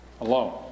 alone